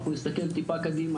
אם אנחנו נסתכל טיפה קדימה,